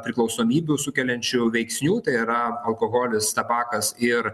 priklausomybių sukeliančių veiksnių tai yra alkoholis tabakas ir